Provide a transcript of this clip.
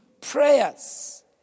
prayers